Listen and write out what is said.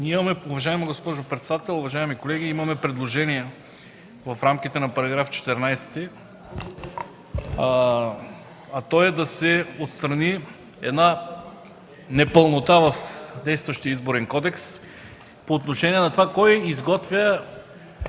Уважаема госпожо председател, уважаеми колеги! Ние имаме предложение в рамките на § 14 – да се отстрани една непълнота в действащия Изборен кодекс по отношение на това кой изготвя